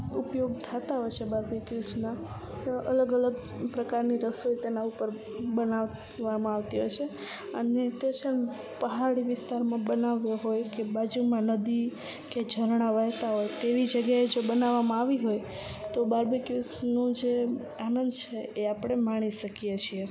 ઉપયોગ થાતા હોય છે બાર્બીક્યુઝના તો અલગ અલગ પ્રકારની રસોઈ તેના ઉપર બનાવવામાં આવતી હોય છે અને તે છે ને પહાડી વિસ્તારમાં બનાવો હોય કે બાજુમાં નદી કે ઝરણા વહેતા હોય તેવી જગ્યાએ જો બનાવામાં હોય તો બાર્બીક્યુઝનું જે આનંદ છે એ આપણે માણી શકીએ છીએ